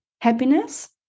Happiness